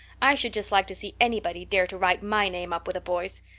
i should just like to see anybody dare to write my name up with a boy's.